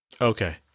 okay